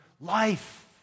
life